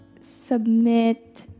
submit